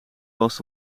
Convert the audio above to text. was